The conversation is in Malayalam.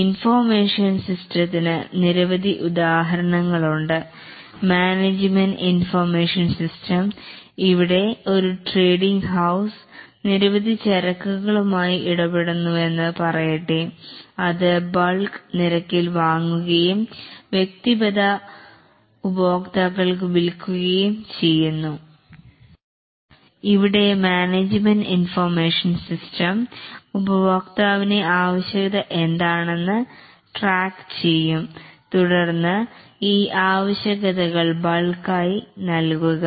ഇൻഫോർമേഷൻ സിസ്റ്റത്തിന് നിരവധി ഉദാഹരണങ്ങളുണ്ട് ഉദാഹരണത്തിന് മാനേജ്മെൻറ് ഇൻഫർമേഷൻ സിസ്റ്റം ഇവിടെ ഒരു ട്രേഡിങ് ഹൌസ് നിരവധി ചരക്കുകളുമായി ഇടപെടുന്നുവെന്ന് പറയട്ടെ അത് ബൽക് നിരക്കിൽ വാങ്ങുകയും വ്യക്തിഗത ഉപഭോക്താക്കൾക്ക് വിൽക്കുകയും ചെയ്യുന്നു ഇവിടെ മാനേജ്മെൻറ് ഇൻഫർമേഷൻ സിസ്റ്റം ഉപഭോക്താവിനെ ആവശ്യകത എന്താണെന്ന് ട്രാക്ക് ചെയ്യും തുടർന്ന് ഈ ആവശ്യകതകൾ ബൾക്കായി നൽകുക